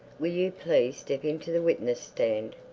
will you please step into the witness-stand,